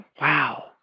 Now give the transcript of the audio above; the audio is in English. Wow